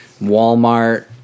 Walmart